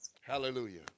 Hallelujah